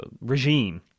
regime